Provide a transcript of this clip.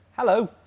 Hello